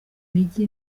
mijyi